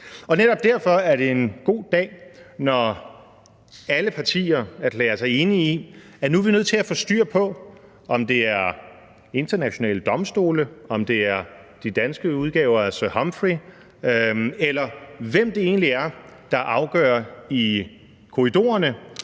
Netop derfor er det en god dag, når alle partier erklærer sig enige i, at nu er vi nødt til at få styr på, om det er internationale domstole, om det er de danske udgaver af Sir Humphrey, eller hvem det egentlig er, der afgør i korridorerne,